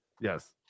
Yes